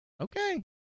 Okay